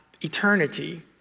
eternity